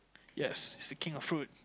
yes it's the king of fruit